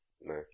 No